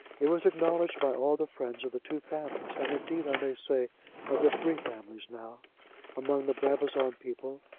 it was acknowledged by all the friends of the two families, and indeed i may say of the three families now among the brabazon people,